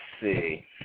see